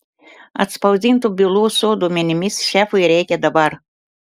atspausdintų bylų su duomenimis šefui reikia dabar